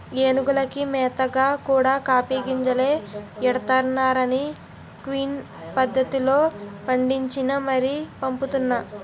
ఏనుగులకి మేతగా కూడా కాఫీ గింజలే ఎడతన్నారనీ క్విన్ పద్దతిలో పండించి మరీ పంపుతున్నా